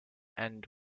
and